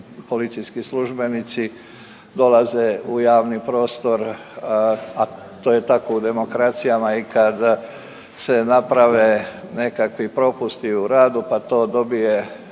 policijski službenici dolaze u javni prostor, a to je tako u demokracijama, i kada se naprave nekakvi propusti u radu, pa to dobije puno